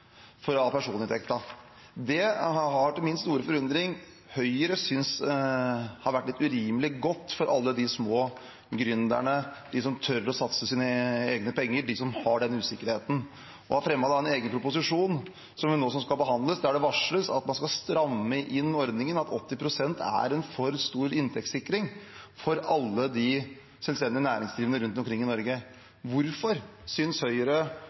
Det har til min store forundring Høyre syntes har vært urimelig godt for alle de små gründerne – de som tør å satse sine egne penger, og som har den usikkerheten – og har da fremmet en egen proposisjon som nå skal behandles, der det varsles at man skal stramme inn ordningen, at 80 pst. er en for stor inntektssikring for alle de selvstendig næringsdrivende rundt omkring i Norge. Hvorfor synes Høyre